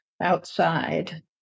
outside